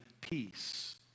peace